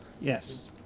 yes